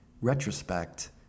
retrospect